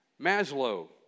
Maslow